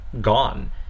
gone